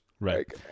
Right